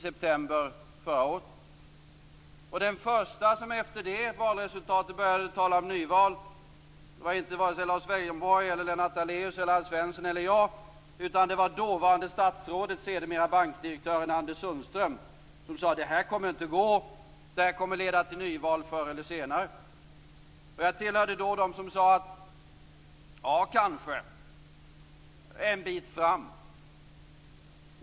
Den första som började tala om nyval efter det valresultatet var inte vare sig Lars Leijonborg, Lennart Daléus, Alf Svensson eller jag. Det var dåvarande statsrådet, sedermera bankdirektören Anders Sundström som sade: Det här kommer inte att gå. Det kommer att leda till nyval förr eller senare. Jag tillhörde då dem som sade: Ja, kanske, en bit fram.